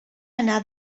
anar